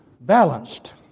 Balanced